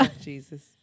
Jesus